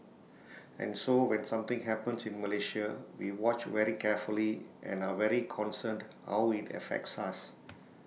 and so when something happens in Malaysia we watch very carefully and are very concerned how IT affects us